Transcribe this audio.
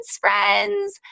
friends